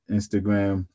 Instagram